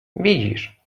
widzisz